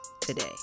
today